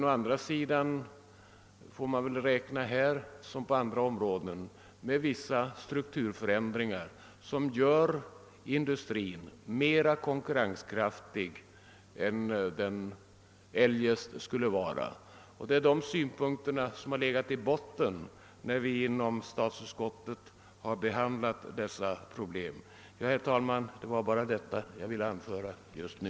å andra sidan får man här som på andra områden räkna med att företa vissa struk 1urförändringar som gör industrin mer konkurrenskraftig än den eljest skulle vara. Det är de synpunkterna som har legat i botten när vi inom statsutskottet har behandlat dessa problem. Herr talman! Det var bara detta som jag ville anföra just nu.